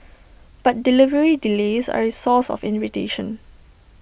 but delivery delays are A source of irritation